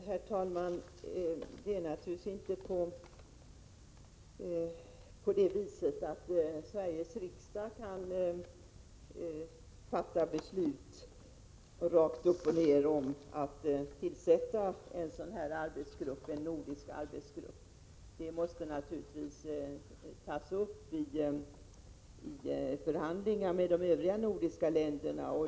Herr talman! Det är naturligtvis inte på det viset att Sveriges riksdag kan fatta beslut rakt upp och ner om att tillsätta en nordisk arbetsgrupp. Saken måste naturligtvis tas upp i förhandlingar med de övriga nordiska länderna.